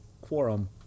quorum